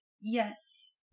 Yes